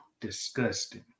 disgusting